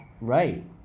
Right